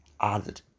added